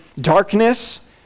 darkness